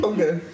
Okay